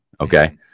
Okay